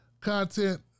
content